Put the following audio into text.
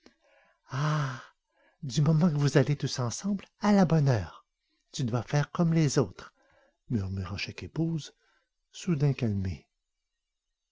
du moment que vous allez tous ensemble à la bonne heure tu dois faire comme les autres murmura chaque épouse soudain calmée